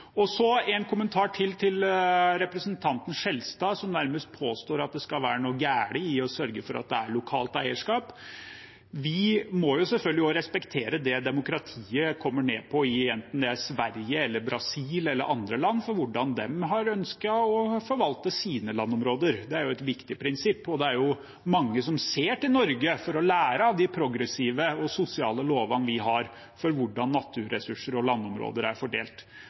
vårt. Så en kommentar til til representanten Skjelstad, som nærmest påstår at det skal være noe galt i å sørge for at det er lokalt eierskap. Vi må selvfølgelig også respektere det demokratiet faller ned på, enten det er i Sverige eller i Brasil eller andre land, når det gjelder hvordan de har ønsket å forvalte sine landområder – det er jo et viktig prinsipp. Og det er mange som ser til Norge for å lære av de progressive og sosiale lovene vi har for hvordan naturressurser og landområder er fordelt.